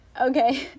Okay